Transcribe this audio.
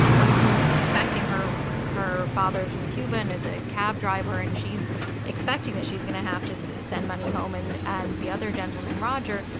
one of whom is expecting her her father's from cuba and is a cab driver, and she's expecting that she's going to have to so send money home. and and the other gentleman, roger,